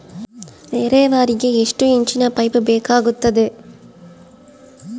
ನೇರಾವರಿಗೆ ಎಷ್ಟು ಇಂಚಿನ ಪೈಪ್ ಬೇಕಾಗುತ್ತದೆ?